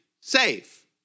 safe